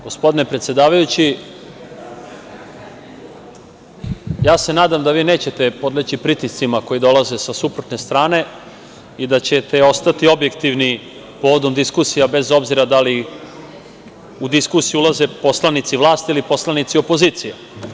Gospodine predsedavajući, nadam se da nećete podleći pritiscima koji dolaze sa suprotne strane i da ćete ostati objektivni povodom diskusija bez obzira da li u diskusiju ulaze poslanici vlasti ili poslanici opozicije.